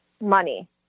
money